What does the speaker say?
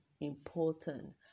important